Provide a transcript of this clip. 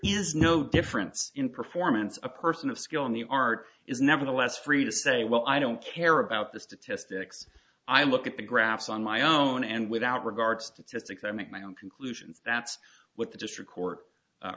is no difference in performance a person of skill in the art is nevertheless free to say well i don't care about the statistics i look at the graphs on my own and without regards to just six i make my own conclusions that's what the district court